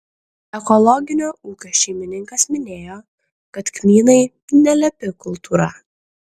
ekologinio ūkio šeimininkas minėjo kad kmynai nelepi kultūra